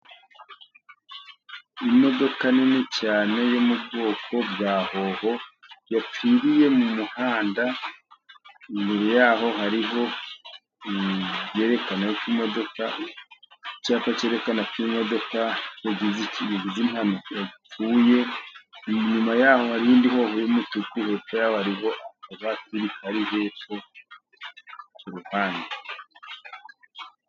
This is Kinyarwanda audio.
Imodoka nini cyane yo mu bwoko bwa hoho, yapfiriye mu muhanda, imbere yaho hariho ibyerekana ko imodoka icyapa kerekana ko imodoka yagize impanuka, yapfuye inyuma yaho irindi hoho y'umutuku , imbere yaho hariho akavatiri kari hepfo ku ruhande.